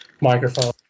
microphone